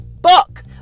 book